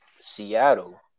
Seattle